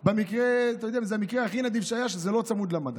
זה המקרה הכי נדיב שהיה, וזה לא צמוד למדד.